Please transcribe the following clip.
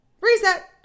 reset